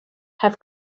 have